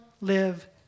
live